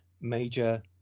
major